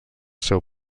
seu